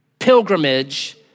pilgrimage